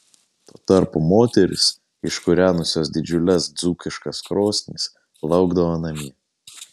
tuo tarpu moterys iškūrenusios didžiules dzūkiškas krosnis laukdavo namie